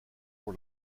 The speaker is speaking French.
pour